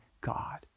God